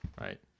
right